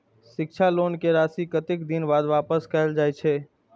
शिक्षा लोन के राशी कतेक दिन बाद वापस कायल जाय छै?